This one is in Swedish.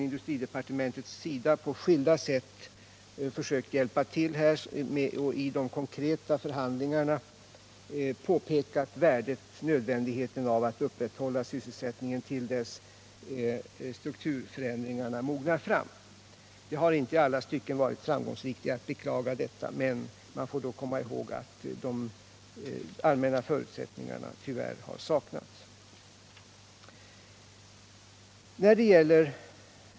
Industridepartementet har på skilda sätt försökt hjälpa till och i de konkreta förhandlingarna påpekat nödvändigheten av att upprätthålla sysselsättningen till dess strukturförändringarna mognar fram. Vi har inte i alla stycken varit framgångsrika. Jag beklagar detta, men man får då komma ihåg att de allmänna förutsättningarna tyvärr har saknats.